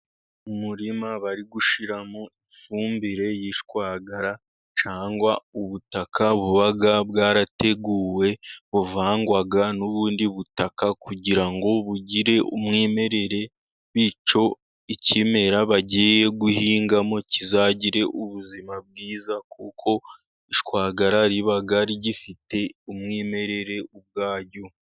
Umuririma bari gushyiramo ifumbire y'ishwagara, cyangwa ubutaka buba bwarateguwe, buvangwa n'ubundi butaka kugira ngo bugire umwimerere, bityo ikimera bagiye guhingamo, kizagire ubuzima bwiza, kuko ishwagara riba rigifite umwimerere ubwaryo.